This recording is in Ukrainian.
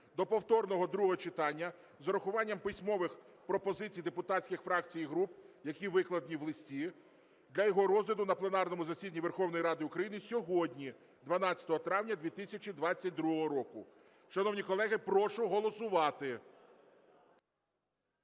до повторного другого читання з урахуванням письмових пропозицій депутатських фракцій і груп, які викладені в листі, для його розгляду на пленарному засіданні Верховної Ради України сьогодні, 12 травня 2022 року. Шановні колеги, прошу голосувати.